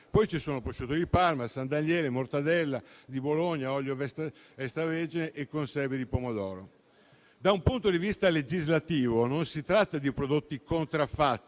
poi il prosciutto di Parma, il San Daniele, la mortadella di Bologna, l'olio extravergine e le conserve di pomodoro. Da un punto di vista legislativo, non si tratta di prodotti contraffatti,